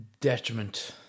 detriment